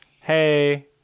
hey